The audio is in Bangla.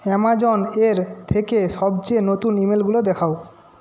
অ্যামাজন এর থেকে সবচেয়ে নতুন ইমেলগুলো দেখাও